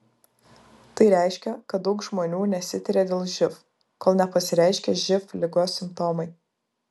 tai reiškia kad daug žmonių nesitiria dėl živ kol nepasireiškia živ ligos simptomai